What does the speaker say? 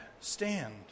stand